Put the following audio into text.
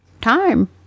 Time